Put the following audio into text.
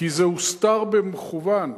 כי זה הוסתר במכוון,